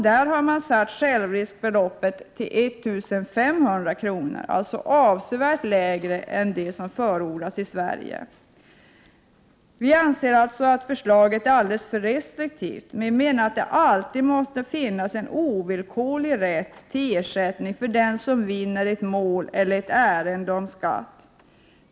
Där är självriskbeloppet fastställt till 1 500 kr., alltså avsevärt lägre än det som förordas i Sverige. Vi i folkpartiet anser att förslaget är alldeles för restriktivt och menar att det alltid måste finnas en ovillkorlig rätt till ersättning för den som vinner ett mål eller ett ärende om skatt.